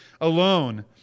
alone